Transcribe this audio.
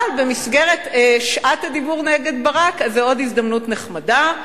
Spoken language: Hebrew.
אבל במסגרת שעת הדיבור נגד ברק זו עוד הזדמנות נחמדה.